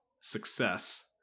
success